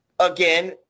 Again